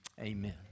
amen